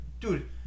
Dude